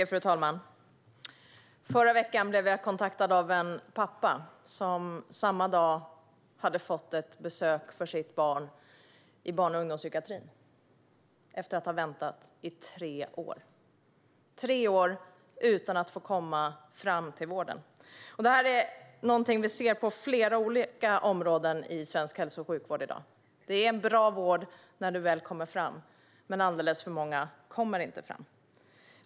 Fru talman! Förra veckan blev jag kontaktad av en pappa som samma dag hade fått tid för besök på barn och ungdomspsykiatrin för sitt barn efter att ha väntat i tre år. De hade väntat i tre år utan att få komma fram till vården. Detta är någonting vi ser på flera olika områden i svensk hälso och sjukvård i dag: Det är en bra vård när du väl kommer fram, men alldeles för många kommer inte fram.